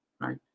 Right